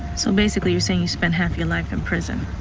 so basically, you say you spend half your life in prison.